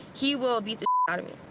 he will beat the out of me.